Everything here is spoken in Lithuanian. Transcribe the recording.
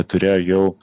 turėjo jau